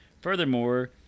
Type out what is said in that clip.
furthermore